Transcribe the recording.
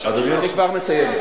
אני כבר מסיים.